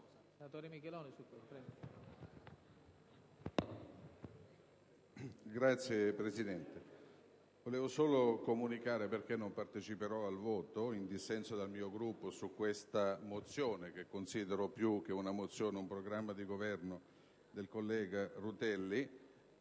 Signor Presidente, volevo solo comunicare i motivi per i quali non parteciperò al voto, in dissenso dal mio Gruppo, su questa mozione, che considero, più che una mozione, un programma di Governo del collega Rutelli.